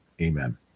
Amen